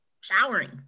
showering